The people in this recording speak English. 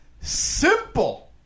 simple